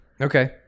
Okay